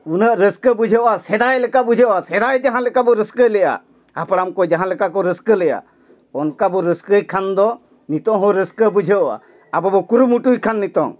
ᱩᱱᱟᱹᱜ ᱨᱟᱹᱥᱠᱟᱹ ᱵᱩᱡᱷᱟᱹᱜᱼᱟ ᱥᱮᱫᱟᱭ ᱞᱮᱠᱟ ᱵᱩᱡᱷᱟᱹᱜᱼᱟ ᱥᱮᱭᱟᱭ ᱡᱟᱦᱟᱸ ᱞᱮᱠᱟ ᱵᱚ ᱨᱟᱹᱥᱠᱟᱹ ᱞᱮᱫᱼᱟ ᱦᱟᱯᱲᱟᱢ ᱠᱚ ᱡᱟᱦᱟᱸ ᱞᱮᱠᱟ ᱠᱚ ᱨᱟᱹᱥᱠᱟᱹ ᱞᱮᱫᱟ ᱚᱱᱠᱟ ᱵᱚ ᱨᱟᱹᱥᱠᱟᱹᱭ ᱠᱷᱟᱱ ᱫᱚ ᱱᱤᱛᱚᱜ ᱦᱚᱸ ᱨᱟᱹᱥᱠᱟᱹ ᱵᱩᱡᱷᱟᱹᱜᱼᱟ ᱟᱵᱚ ᱵᱚ ᱠᱩᱨᱩᱢᱩᱴᱩᱭ ᱠᱷᱟᱱ ᱱᱤᱛᱚᱜ